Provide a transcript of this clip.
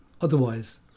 Otherwise